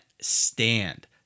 stand